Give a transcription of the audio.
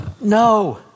No